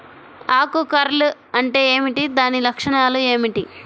ఆకు కర్ల్ అంటే ఏమిటి? దాని లక్షణాలు ఏమిటి?